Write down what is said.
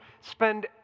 spend